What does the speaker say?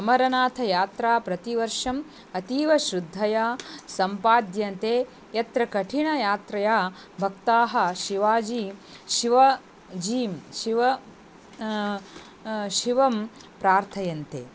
अमरनाथयात्रा प्रतिवर्षम् अतीवश्रद्धया सम्पाद्यन्ते यत्र कठिनयात्रया भक्ताः शिवजी शिवजीं शिवं शिवं प्रार्थयन्ते